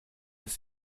ist